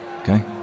okay